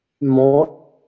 more